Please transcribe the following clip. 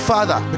Father